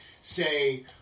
say